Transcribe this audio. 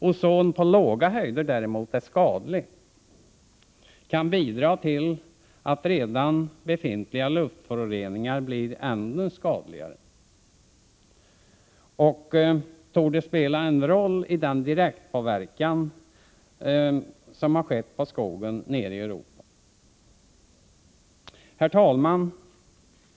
Ozon på låga höjder är däremot skadlig, kan bidra till att redan befintliga luftföroreningar blir än skadligare och torde spela en roll i den direktpåverkan som har skett på skogen nere i Europa. Herr talman!